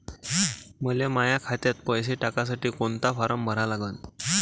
मले माह्या खात्यात पैसे टाकासाठी कोंता फारम भरा लागन?